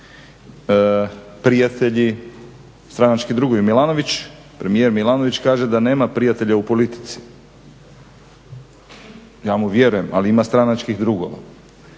Prijatelji, stranački drugovi Milanović, premijer Milanović kaže da nema prijatelja u politici. Ja mu vjerujem ali ima stranačkih drugova.